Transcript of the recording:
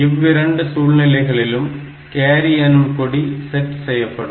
இவ்விரண்டு சூழ்நிலைகளிலும் கேரி எனும் கொடி செட் செய்யப்படும்